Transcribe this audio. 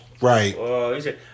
Right